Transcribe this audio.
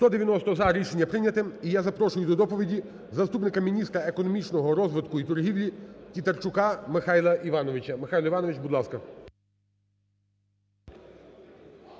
190 – за. Рішення прийняте. І я запрошую до доповіді заступника міністра економічного розвитку і торгівлі Тітарчука Михайла Івановича. Михайло Іванович, будь ласка.